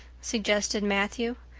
suggested matthew.